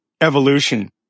evolution